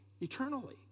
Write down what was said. eternally